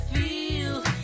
feel